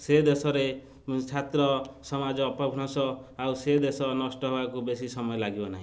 ସେ ଦେଶରେ ଛାତ୍ର ସମାଜ ଅପଭ୍ରଂଶ ଆଉ ସେ ଦେଶ ନଷ୍ଟ ହେବାକୁ ବେଶୀ ସମୟ ଲାଗିବ ନାହିଁ